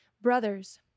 Brothers